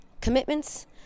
commitments